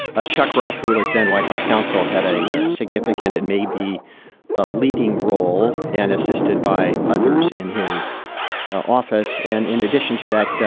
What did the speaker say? ah chuck ruff, who and was then white house counsel, had a significant and maybe leading role and assisted by others in his office. and in addition to that,